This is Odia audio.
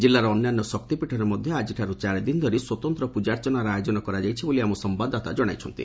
ଜିଲ୍ଲାର ଅନ୍ୟାନ୍ୟ ଶକ୍ତିପୀଠରେ ମଧ୍ଧ ଆଜିଠାରୁ ଚାରିଦିନ ଧରି ସ୍ୱତନ୍ତ ପ୍ରକାର୍ଚ୍ଚନାର ଆୟୋଜନ କରାଯାଇଛି ବୋଲି ଆମ ସମ୍ବାଦଦାତା ଜଣାଇଛନ୍ତି